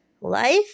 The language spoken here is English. life